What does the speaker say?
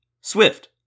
swift